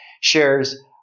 shares